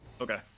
Okay